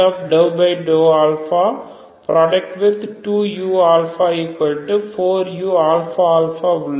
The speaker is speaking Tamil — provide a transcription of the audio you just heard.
02u ஆகவே உங்களிடம் uyy2∂α2u4uαα உள்ளது